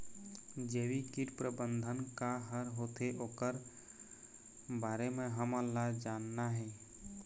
जैविक कीट प्रबंधन का हर होथे ओकर बारे मे हमन ला जानना हे?